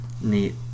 Neat